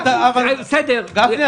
גפני,